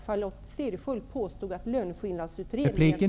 Charlotte Cederschiöld påstod att löneskillnadsutredningen...